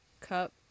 cup